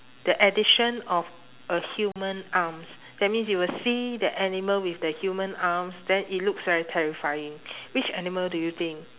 the addition of a human arms that means you will see that animal with the human arms then it looks very terrifying which animal do you think